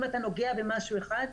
אם אתה נוגע במשהו אחד,